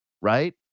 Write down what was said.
right